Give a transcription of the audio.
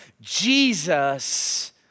Jesus